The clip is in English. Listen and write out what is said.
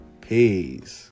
Peace